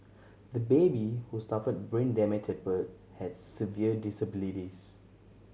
the baby who suffered brain damage at birth has severe disabilities